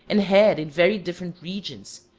and head in very different regions,